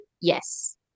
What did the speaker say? yes